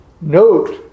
Note